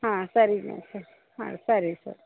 ಹಾಂ ಸರಿ ರೀ ಹಾಂ ಸರಿ ಸರಿ